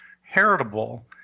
heritable